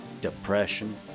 depression